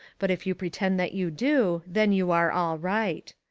but if you pretend that you do, then you are all right.